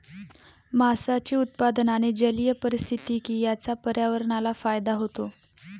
माशांचे उत्पादन आणि जलीय पारिस्थितिकी यांचा पर्यावरणाला फायदा होतो